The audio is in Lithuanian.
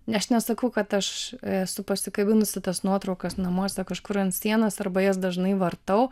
aš nesakau kad aš esu pasikabinusi tas nuotraukas namuose kažkur ant sienos arba jas dažnai vartau